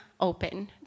open